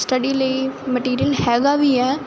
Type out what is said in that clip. study ਲਈ material ਹੈਗਾ ਵੀ ਹੈ